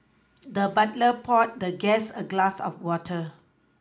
the butler poured the guest a glass of water